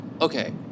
okay